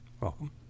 Welcome